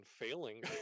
failing